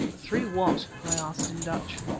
three what? i asked in dutch.